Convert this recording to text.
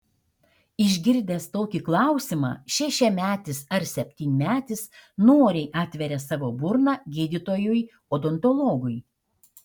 išgirdęs tokį klausimą šešiametis ar septynmetis noriai atveria savo burną gydytojui odontologui